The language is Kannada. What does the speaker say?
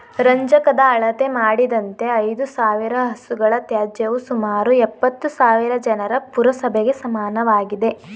ರಂಜಕದ ಅಳತೆ ಮಾಡಿದಂತೆ ಐದುಸಾವಿರ ಹಸುಗಳ ತ್ಯಾಜ್ಯವು ಸುಮಾರು ಎಪ್ಪತ್ತುಸಾವಿರ ಜನರ ಪುರಸಭೆಗೆ ಸಮನಾಗಿದೆ